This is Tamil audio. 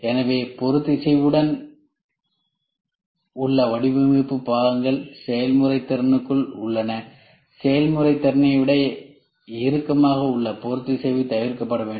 எனவே பொறுத்திசைவுடன் உள்ள வடிவமைப்பு பாகங்கள் செயல்முறை திறனுக்குள் உள்ளன செயல்முறை திறனை விட இருக்கமாக உள்ள பொறுத்திசைவு தவிர்க்கப்பட வேண்டும்